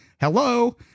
Hello